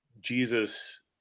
Jesus